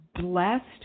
blessed